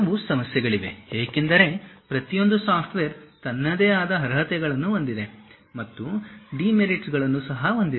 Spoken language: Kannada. ಕೆಲವು ಸಮಸ್ಯೆಗಳಿವೆ ಏಕೆಂದರೆ ಪ್ರತಿಯೊಂದು ಸಾಫ್ಟ್ವೇರ್ ತನ್ನದೇ ಆದ ಅರ್ಹತೆಗಳನ್ನು ಹೊಂದಿದೆ ಮತ್ತು ಡಿಮೆರಿಟ್ಗಳನ್ನು ಸಹ ಹೊಂದಿದೆ